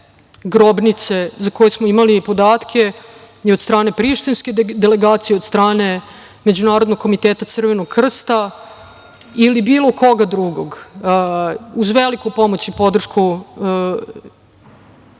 grobnice za koje smo imali podatke i od strane Prištinske delegacije i od strane Međunarodnog komiteta „Crvenog krsta“ ili bilo koga drugog uz veliku pomoć i podršku